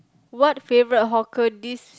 what favourite hawker this